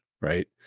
right